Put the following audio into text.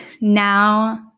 now